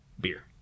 beer